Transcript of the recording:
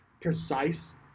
precise